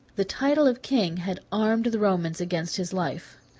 the title of king had armed the romans against his life.